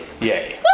yay